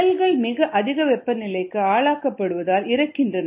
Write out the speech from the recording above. செல்கள் மிக அதிக வெப்பநிலைக்கு ஆளாக்கப்படுவதால் இறக்கின்றன